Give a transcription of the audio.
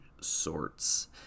sorts